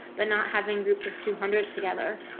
but not having groups of two hundred together,